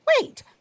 Wait